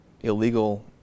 illegal